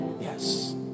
yes